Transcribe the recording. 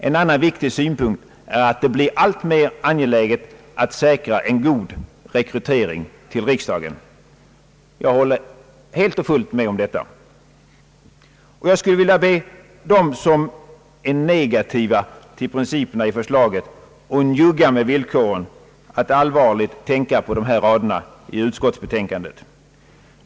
En annan viktig synpunkt är att det blir alltmer angeläget att säkra en god rekrytering till riksdagen.» Jag håller helt och fullt med om detta. Och jag skulle vilja be dem som är negativa till principerna i förslaget och njugga med villkoren att allvarligt tänka på dessa rader i utskottsbetänkandet.